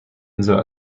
insel